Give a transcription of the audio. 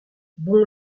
bon